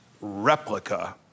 replica